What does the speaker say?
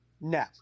No